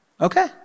okay